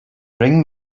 bring